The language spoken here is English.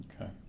okay